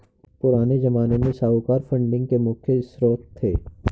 पुराने ज़माने में साहूकार फंडिंग के मुख्य श्रोत थे